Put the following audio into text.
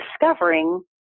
discovering